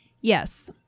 Yes